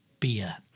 beer